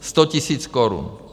Sto tisíc korun!